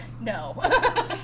no